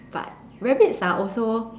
but rabbits are also